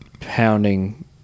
pounding